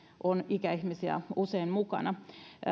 on ikäihmisiä usein mukana